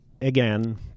again